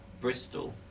Bristol